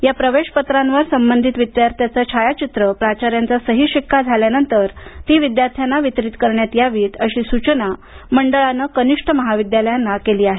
या प्रवेशपत्रांवर संबधित विद्यार्थ्याचे छायाचित्र प्राचार्यांचा सही शिक्का झाल्यानंतर ती विद्यार्थ्यांना वितरीत करावीत अशी सूचना मंडळानं कनिष्ठ महाविद्यालयांना केली आहे